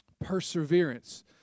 perseverance